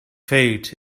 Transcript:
fate